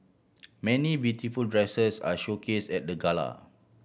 many beautiful dresses are showcase at the gala